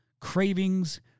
cravings